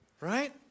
Right